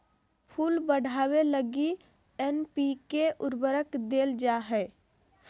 फूल बढ़ावे लगी एन.पी.के उर्वरक देल जा हइ